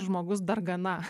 žmogus dargana